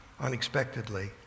unexpectedly